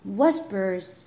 Whispers